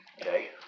Okay